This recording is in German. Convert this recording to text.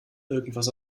irgendwas